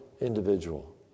individual